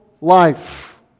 life